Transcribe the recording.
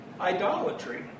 idolatry